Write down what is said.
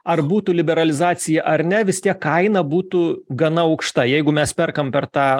ar būtų liberalizacija ar ne vis tiek kaina būtų gana aukšta jeigu mes perkam per tą